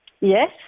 Yes